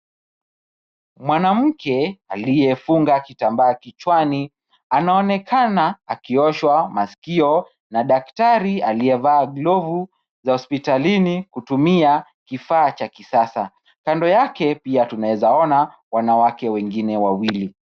Mwanamke aliyefunga kitambaa kichwani anaonekana akioshwa masikio na daktari aliyevaa glavu za hospitalini kutumia kifaa cha kisasa. Kando yake pia tunaweza ona wanawake wengine wawili.